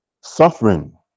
suffering